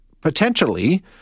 potentially